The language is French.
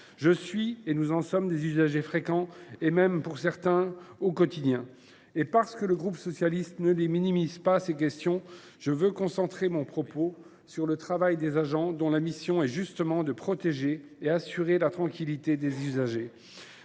Je suis et nous en sommes des usagers fréquents, même quotidiens pour nombre d’entre nous. Et parce que le groupe socialiste ne les minimise pas, je veux concentrer mon propos sur le travail des agents dont la mission est justement de protéger et d’assurer la tranquillité des usagers.